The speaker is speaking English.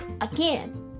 again